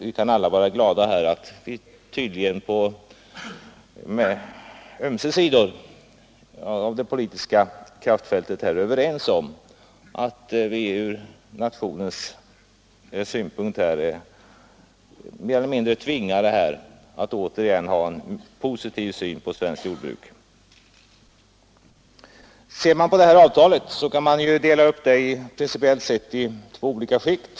Vi kan alla vara glada att vi tydligen på ömse sidor om det politiska kraftfältet är överens om att det från nationens synpunkt är mer eller mindre tvingande att återigen ha en positiv syn på svenskt jordbruk. Detta avtal kan principiellt sett delas upp i två olika skikt.